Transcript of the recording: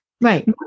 Right